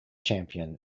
champion